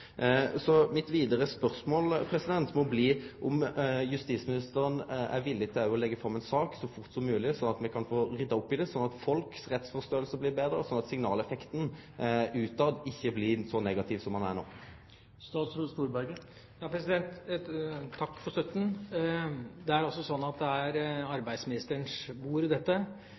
Mitt vidare spørsmål må bli om justisministeren er villig til å leggje fram ei sak så fort som mogleg for å få rydda opp i det, slik at det blir betre i samsvar med folks rettsforståing, og slik at signaleffekten ut ikkje blir så negativ som han er no. Takk for støtten. Det er arbeidsministerens bord, dette, men jeg er